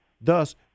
Thus